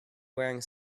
wearing